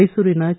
ಮೈಸೂರಿನ ಕೆ